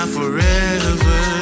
forever